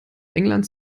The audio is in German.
englands